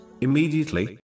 Immediately